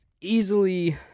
easily